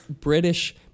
British